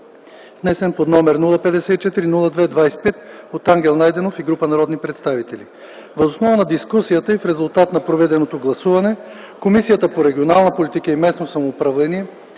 внесен от Ангел Найденов и група народни представители. Въз основа на дискусията и в резултат на проведеното гласуване, Комисията по регионална политика и местно самоуправление